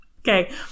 Okay